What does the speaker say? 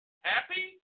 happy